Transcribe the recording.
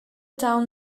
town